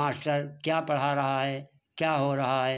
master क्या पढ़ा रहा है क्या हो रहा है